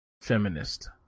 Feminist